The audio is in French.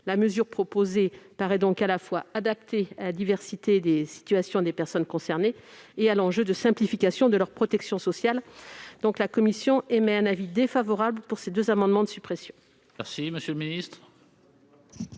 La mesure proposée paraît donc à la fois adaptée à la diversité des situations des personnes concernées et à l'enjeu de simplification de leur protection sociale. C'est pourquoi la commission émet un avis défavorable sur ces deux amendements de suppression.